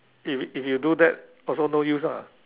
if if you do that also no use ah